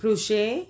crochet